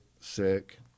sick